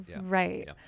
Right